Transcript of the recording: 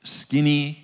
skinny